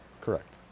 correct